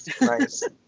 nice